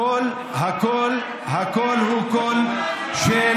הקול הוא קול של